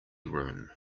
room